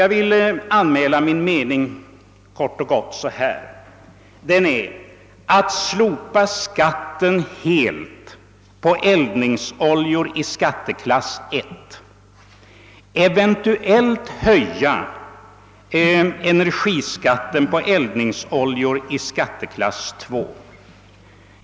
Jag vill uttrycka min personliga mening så här: Slopa skatten helt på eldningsoljor i skatteklass I och höj eventuellt energiskatten i skatteklass II!